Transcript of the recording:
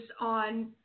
on